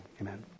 amen